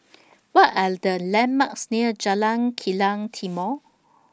What Are The landmarks near Jalan Kilang Timor